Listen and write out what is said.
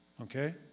okay